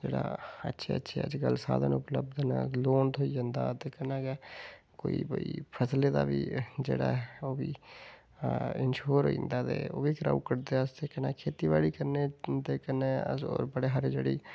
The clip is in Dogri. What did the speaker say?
जेह्ड़ा अच्छे अच्छे अजकल साधन उपलब्ध न लोन थ्होई जंदा ते कन्नै गै भाई फसलें दा बी जेह्ड़ा ऐ ओह् बी इंशोर होई जंदा ते ओह् बी करदे अस ते कन्नै खेतीबाड़ी दे कन्नै अस होर बड़े हारे जेह्ड़ी